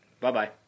Bye-bye